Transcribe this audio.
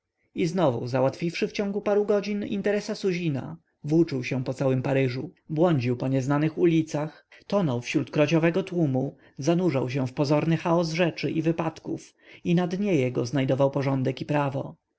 i znowu załatwiszyzałatwiwszy w ciągu paru godzin interesa suzina włóczył się po paryżu błądził po nieznanych ulicach tonął wśród krociowego tłumu zanurzał się w pozorny chaos rzeczy i wypadków i na dnie jego znajdował porządek i prawo